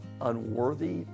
unworthy